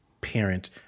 parent